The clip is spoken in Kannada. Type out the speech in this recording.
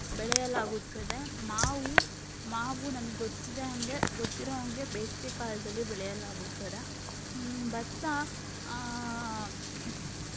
ಬೆಳೆಯಲಾಗುತ್ತದೆ ಮಾವು ಮಾವು ನಮಗೆ ಗೊತ್ತಿರೊ ಹಾಗೆ ಗೊತ್ತಿರೋ ಹಾಗೆ ಬೇಸಿಗೆ ಕಾಲದಲ್ಲಿ ಬೆಳೆಯಲಾಗುತ್ತದೆ ಭತ್ತ